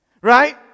Right